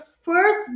first